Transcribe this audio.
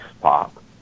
pop